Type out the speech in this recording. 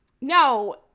No